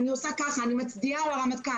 אני אצדיע מיד,